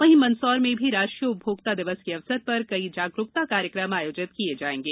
वहीं मंदसौर में भी राष्ट्रीय उपभोक्ता दिवस के अवसर पर कई जागरुकता कार्यक्रम आयोजित किए जाएंगे